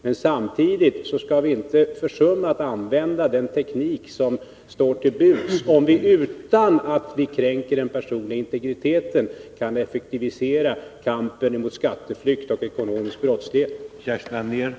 Men samtidigt skall vi inte försumma att använda den teknik som står till buds, om vi utan att vi kränker den personliga integriteten kan effektivisera kampen mot skatteflykt och ekonomisk brottslighet.